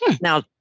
Now